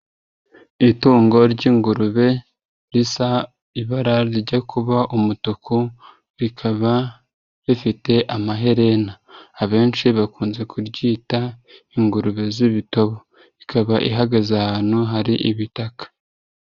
Itungo ry'ingurube risa ibara rijya kuba umutuku, rikaba rifite amaherena. Abenshi bakunze kuryita ingurube z'ibito. Ikaba ihagaze ahantu hari ibitaka.